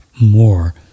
more